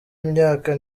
imyaka